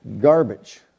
garbage